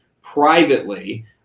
privately